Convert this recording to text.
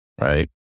right